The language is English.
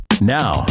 now